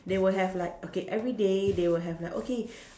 they will have like okay everyday they will have like okay